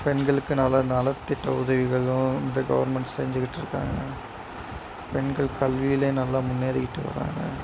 பெண்களுக்கு நல நலத்திட்ட உதவிகளும் இந்த கவர்மெண்ட் செஞ்சுக்கிட்டு இருக்காங்க பெண்கள் கல்வியில் நல்லா முன்னேறிக்கிட்டு வராங்க